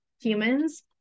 humans